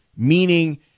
Meaning